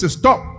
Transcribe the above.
stop